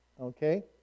Okay